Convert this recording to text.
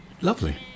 Lovely